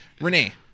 Renee